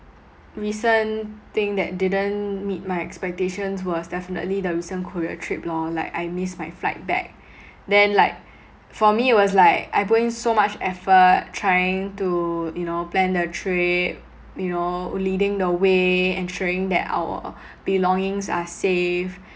recent thing that didn't meet my expectations was definitely the recent korea trip lor like I missed my flight back then like for me was like I put in so much effort trying to you know plan the trip you know leading the way ensuring that our belongings are safe